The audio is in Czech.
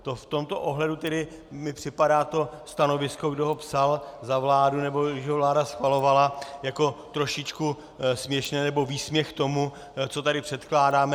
To v tomto ohledu mi připadá to stanovisko, kdo ho psal za vládu, nebo když ho vláda schvalovala, jako trošičku směšné nebo výsměch tomu, co tady předkládáme.